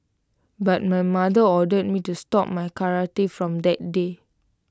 but my mother ordered me to stop my karate from that day